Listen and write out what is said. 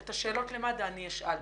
את השאלות למד"א אני אשאל.